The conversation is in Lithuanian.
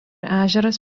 ežeras